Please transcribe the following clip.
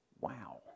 wow